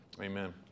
amen